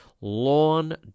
Lawn